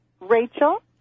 Rachel